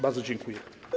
Bardzo dziękuję.